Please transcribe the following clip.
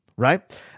right